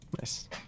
nice